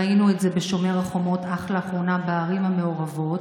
ראינו את זה בשומר החומות אך לאחרונה בערים המעורבות.